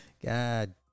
God